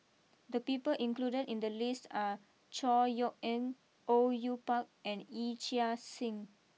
the people included in the list are Chor Yeok Eng Au Yue Pak and Yee Chia Hsing